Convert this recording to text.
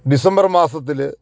December മാസത്തിൽ